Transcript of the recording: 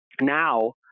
now